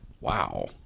Wow